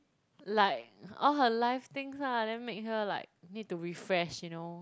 like all her life things ah then make her like need to refresh you know